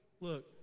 Look